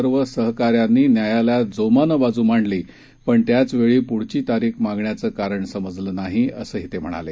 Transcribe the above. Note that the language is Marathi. र्व सहकाऱ्यांनी न्यायालयात जोमानं बाजू मांडली पण त्याच वेळी पुढची तारीख मागण्याचं कारण समजलं नाही असंही ते म्हणाले